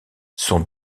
sont